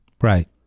Right